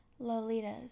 Lolitas